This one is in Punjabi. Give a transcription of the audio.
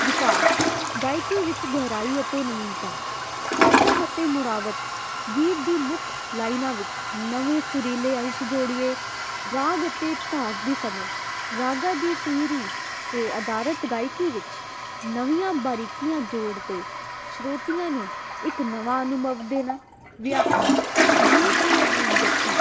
ਵਿਕਾਸ ਗਾਇਕੀ ਵਿੱਚ ਗਹਿਰਾਈ ਅਤੇ ਨਵੀਨਤਾ ਸਰਗਮ ਅਤੇ ਮੁੜਾਵਟ ਗੀਤ ਦੀ ਮੁੱਖ ਲਾਈਨਾਂ ਵਿੱਚ ਨਵੇਂ ਸੁਰੀਲੇ ਅੰਸ਼ ਜੋੜੀਏ ਰਾਗ ਅਤੇ ਧਾੜ ਦੀ ਸਮਝ ਰਾਗਾਂ ਦੀ ਧੀਰੀ ਅਤੇ ਅਧਾਰਤ ਗਾਇਕੀ ਵਿੱਚ ਨਵੀਆਂ ਬਾਰੀਕੀਆਂ ਜੋੜ ਅਤੇ ਸਰੋਤਿਆਂ ਨੂੰ ਇੱਕ ਨਵਾਂ ਅਨੁਭਵ ਦੇਣਾ ਵਿਆਖਿਆ ਗੀਤ ਦੀ ਅਬੀਵ ਯਕਤੀ